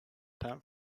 pan